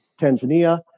Tanzania